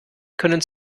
können